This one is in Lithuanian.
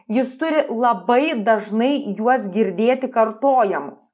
jis turi labai dažnai juos girdėti kartojamus